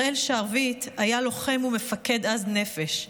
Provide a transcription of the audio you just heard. הראל שרביט היה לוחם ומפקד עז נפש.